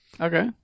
Okay